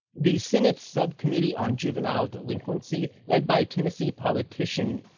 the senate subcommittee on juvenile delinquency, led by tennessee politician.